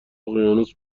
اقیانوس